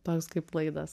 toks kaip laidas